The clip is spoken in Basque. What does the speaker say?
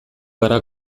gara